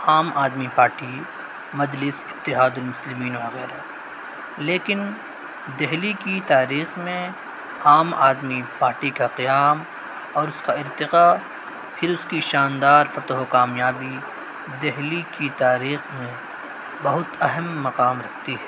عام آدمی پارٹی مجلس اتحاد المسلمین وغیرہ لیکن دہلی کی تاریخ میں عام آدمی پارٹی کا قیام اور اس کا ارتقاء پھر اس کی شاندار فتح و کامیابی دہلی کی تاریخ میں بہت اہم مقام رکھتی ہے